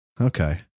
Okay